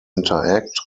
interact